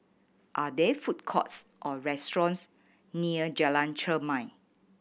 are there food courts or restaurants near Jalan Chermai